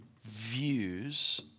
views